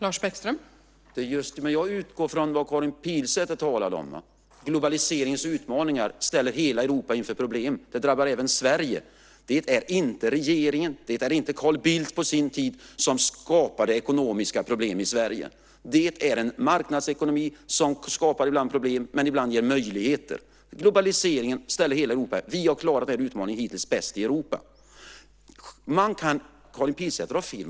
Fru talman! Jag utgår från det Karin Pilsäter talade om. Globaliseringens utmaningar ställer hela Europa inför problem. Det drabbar även Sverige. Det är inte regeringen eller på sin tid Carl Bildt som har skapat ekonomiska problem i Sverige, det är marknadsekonomin som ibland skapar problem och ibland ger möjligheter. Vi har hittills klarat denna utmaning bäst i Europa. Karin Pilsäter har fel.